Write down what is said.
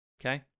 Okay